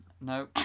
No